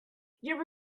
give